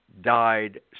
died